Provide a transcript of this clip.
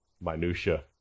minutia